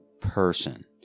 person